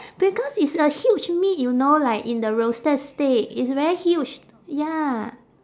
because it's a huge meat you know like in the roasted stick it's very huge ya